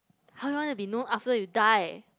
how you want to be known after you die